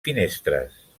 finestres